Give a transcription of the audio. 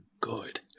good